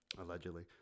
allegedly